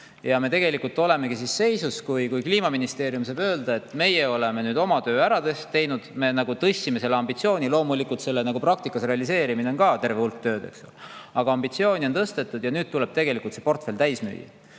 Ja me tegelikult olemegi seisus, kus Kliimaministeerium võib öelda, et nemad on oma töö ära teinud, nad tõstsid ambitsiooni. Loomulikult on selle praktikas realiseerimine ka [suur] töö, aga ambitsiooni on tõstetud ja nüüd tuleb tegelikult see portfell täis müüa.